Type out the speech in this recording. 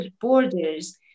borders